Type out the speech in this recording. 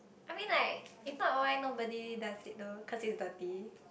I mean like if not why nobody does it though cause it's dirty